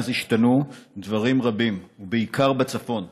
מאז השתנו דברים רבים, ובעיקר בצפון.